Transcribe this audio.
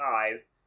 eyes